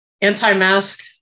anti-mask